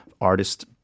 artist